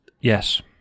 Yes